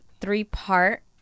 three-part